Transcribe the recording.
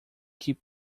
que